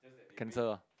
cancel ah